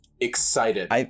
excited